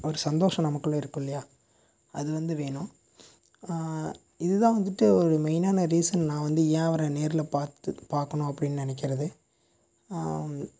ஒரு சந்தோஷம் நமக்குள்ள இருக்குல்லையா அது வந்து வேணும் இதுதான் வந்துட்டு ஒரு மெய்னான ரீஸன் நான் வந்து ஏன் அவரை நேரில் பார்த்து பார்க்கணும் அப்படினு நினைக்குறது